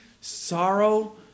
sorrow